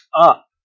up